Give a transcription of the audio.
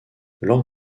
lors